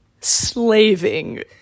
Slaving